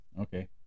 Okay